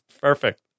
Perfect